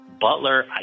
Butler